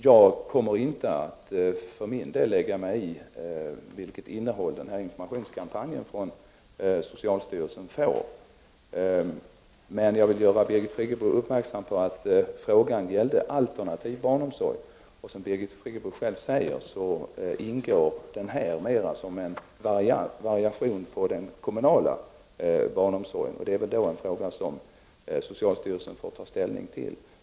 Jag kommer för min del inte att lägga mig i vilket innehåll socialstyrelsens informationskampanj får, men jag vill göra Birgit Friggebo uppmärksam på att frågan gällde alternativ barnomsorg. Som Birgit Friggebo själv säger är denna förskola mera en variant av den kommunala barnomsorgen, och det är väl en fråga som socialstyrelsen får ta ställning till.